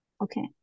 Okay